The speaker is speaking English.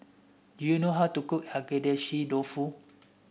do you know how to cook Agedashi Dofu